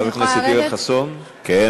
חבר הכנסת יואל חסון, אני יכולה לרדת?